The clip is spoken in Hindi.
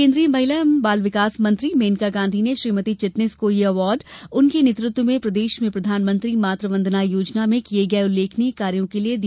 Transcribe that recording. केन्द्रीय महिला एवं बाल विकास मंत्री मेनका गांधी ने श्रीमती चिटनिस को यह अवार्ड उनके नेतृत्व में प्रदेश में प्रधानमंत्री मातृ वंदना योजना में किये गये उल्लेखनीय कार्यों के लिए प्रदान किया